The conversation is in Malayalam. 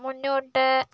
മുന്നോട്ട്